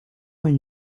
will